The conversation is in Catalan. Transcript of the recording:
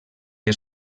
que